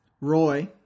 Roy